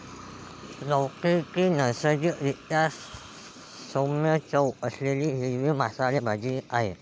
लौकी ही नैसर्गिक रीत्या सौम्य चव असलेली हिरवी मांसल भाजी आहे